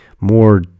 more